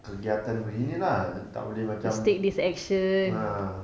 kegiatan begini ah tak boleh macam ah